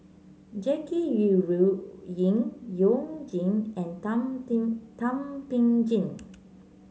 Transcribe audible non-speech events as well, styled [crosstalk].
Jackie Yi Ru Ying You Jin and [unintelligible] Thum Ping Tjin